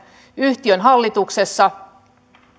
yhtiön hallituksessa